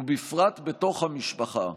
ובפרט בתוך המשפחה,